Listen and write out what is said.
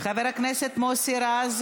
חבר הכנסת מוסי רז,